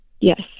Yes